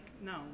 no